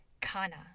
Kana